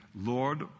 Lord